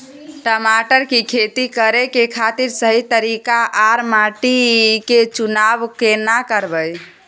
टमाटर की खेती करै के खातिर सही तरीका आर माटी के चुनाव केना करबै?